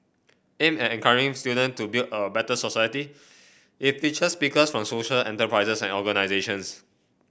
aimed at encouraging student to build a better society it features speakers from social enterprises and organisations